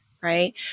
right